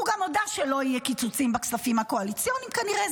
הוא גם הודה שלא יהיו קיצוצים בכספים הקואליציוניים כנראה.